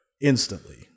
Instantly